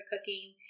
cooking